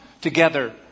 together